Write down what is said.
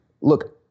look